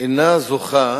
אינה זוכה